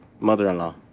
mother-in-law